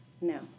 No